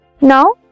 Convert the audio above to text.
Now